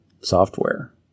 software